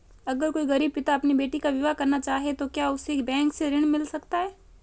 अगर कोई गरीब पिता अपनी बेटी का विवाह करना चाहे तो क्या उसे बैंक से ऋण मिल सकता है?